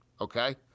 Okay